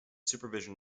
supervision